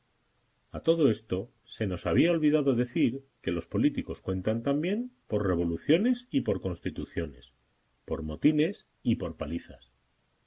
a todo esto se nos había olvidado decir que los políticos cuentan también por revoluciones y por constituciones por motines y por palizas